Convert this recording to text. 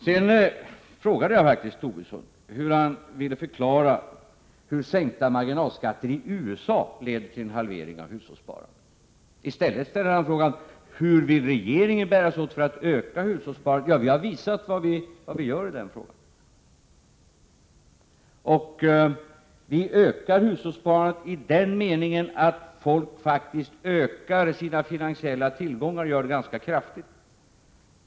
Sedan frågade jag faktiskt Lars Tobisson om han ville förklara hur sänkta marginalskatter i USA ledde till en halvering av hushållssparandet. I stället för att ge något svar ställde han frågan: Hur vill regeringen bära sig åt för att öka hushållssparandet? Vi har visat vad vi gör i det avseendet. Vi ökar hushållssparandet i den meningen att folk faktiskt ökar sina finansiella tillgångar, och gör det ganska kraftigt.